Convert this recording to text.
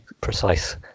precise